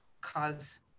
cause